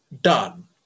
done